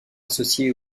associé